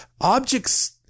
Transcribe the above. objects